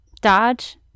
dodge